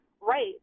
right